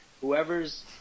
whoever's